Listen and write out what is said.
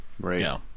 Right